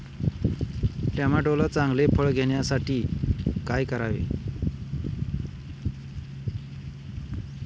टोमॅटोला चांगले फळ येण्यासाठी काय करावे?